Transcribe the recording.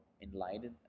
enlightened